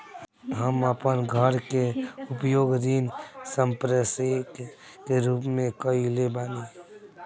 हम अपन घर के उपयोग ऋण संपार्श्विक के रूप में कईले बानी